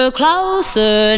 closer